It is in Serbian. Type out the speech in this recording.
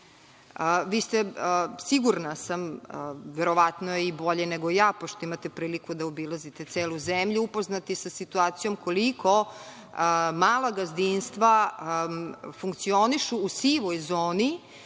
sam, vi ste verovatno bolje ja, pošto imate priliku da obilazite celu zemlju, upoznati sa situacijom koliko mala gazdinstva funkcionišu u sivoj zoni